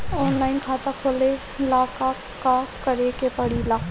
Online खाता खोले ला का का करे के पड़े ला?